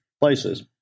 places